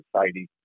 society